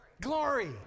Glory